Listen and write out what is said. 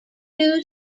new